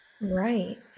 Right